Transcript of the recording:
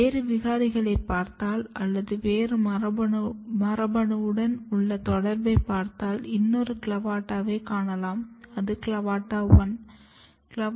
வேறு விகாரைகளைப் பார்த்தால் அல்லது வேறு மரபணுவுடன் உள்ள தொடர்பை பார்த்தால் இன்னொரு CLAVATA வைக் காணலாம் அது CLAVATA 1